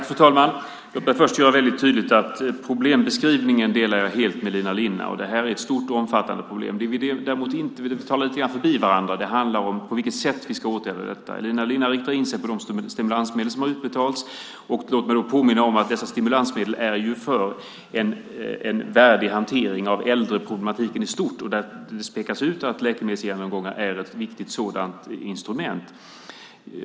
Fru talman! Låt mig först göra väldigt tydligt att jag helt delar problembeskrivningen med Elina Linna. Det här är ett stort och omfattande problem, men vi talar lite grann förbi varandra. Det handlar om på vilket sätt vi ska åtgärda detta. Elina Linna riktar in sig på de stimulansmedel som har utbetalats. Låt mig då påminna om att dessa stimulansmedel är avsedda för en värdig hantering av äldreproblematiken i stort, och där pekas det ut att läkemedelsgenomgångar är ett viktigt sådant instrument.